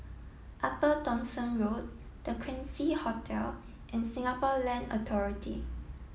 Upper Thomson Road The Quincy Hotel and Singapore Land Authority